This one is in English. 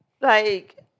Like-